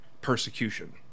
persecution